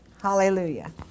Hallelujah